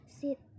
sit